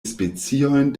speciojn